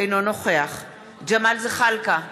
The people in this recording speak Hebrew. אינו נוכח ג'מאל זחאלקה,